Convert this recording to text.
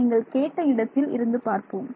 நீங்கள் கேட்ட இடத்தில் இருந்து பார்ப்போம்